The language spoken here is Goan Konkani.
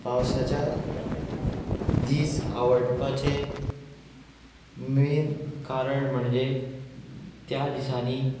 पावसाच्या दीस आवडपाचें मेन कारण म्हणजे त्या दिसांनी